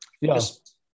Yes